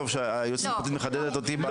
טוב שהיועצת המשפטית מחדדת אותי.